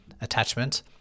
attachment